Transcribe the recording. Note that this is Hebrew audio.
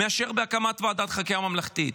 מאשר בהקמת ועדת חקירה ממלכתית.